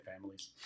families